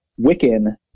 Wiccan